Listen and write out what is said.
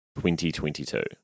2022